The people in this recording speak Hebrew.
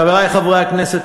חברי חברי הכנסת,